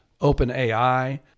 OpenAI